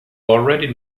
already